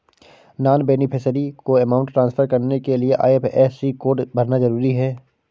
non beneficiary को amount transfer करने के लिए आई.एफ.एस.सी कोड भरना जरूरी है